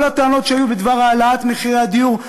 כל הטענות שהיו בדבר העלאת מחירי הדיור,